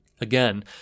Again